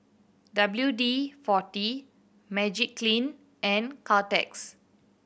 W D Forty Magiclean and Caltex